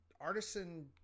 artisan